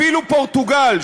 אפילו פורטוגל,